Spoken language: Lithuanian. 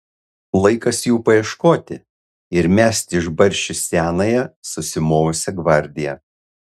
laikas jų paieškoti ir mesti iš barščių senąją susimovusią gvardiją